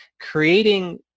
creating